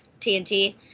TNT